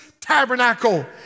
tabernacle